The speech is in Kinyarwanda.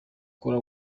kora